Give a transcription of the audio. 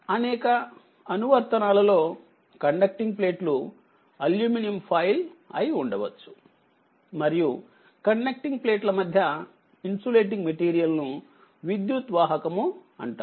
అనేకఅనువర్తనాలలో conducting ప్లేట్లు aluminium foil అయి ఉండవచ్చు మరియుకండక్టింగ్ ప్లేట్ల మధ్య ఇన్సులేటింగ్ మెటీరియల్ ను విద్యుద్వాహకము అంటారు